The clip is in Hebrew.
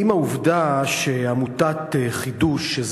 האם העובדה שעמותת חדו"ש,